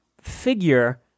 figure